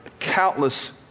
countless